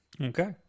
Okay